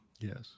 yes